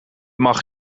mag